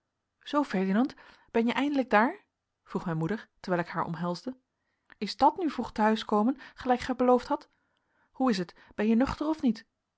zoo ferdinand ben je eindelijk daar vroeg mijn moeder terwijl ik haar omhelsde is dat nu vroeg te huis komen gelijk gij beloofd hadt hoe is het ben je nuchteren of niet